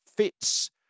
fits